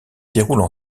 déroulent